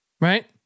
right